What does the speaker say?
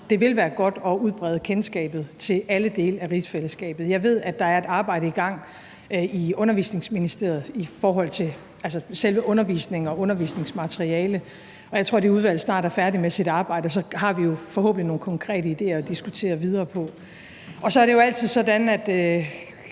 det vil være godt at udbrede kendskabet til alle dele af rigsfællesskabet. Jeg ved, at der er et arbejde i gang i Undervisningsministeriet i forhold til selve undervisningen og undervisningsmateriale, og jeg tror, at det udvalg snart er færdig med sit arbejde, og så har vi jo forhåbentlig nogle konkrete idéer at diskutere videre på. Så er det jo altid sådan, at